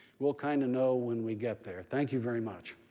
we'll kind of know when we get there. thank you very much.